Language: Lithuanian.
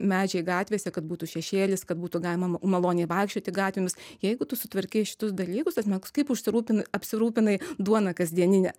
medžiai gatvėse kad būtų šešėlis kad būtų galima ma maloniai vaikščioti gatvėmis jeigu tu sutvarkei šitus dalykus ta prasme kaip užsirūpinai apsirūpinai duona kasdienine